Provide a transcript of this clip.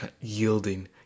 yielding